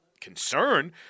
concern